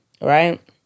right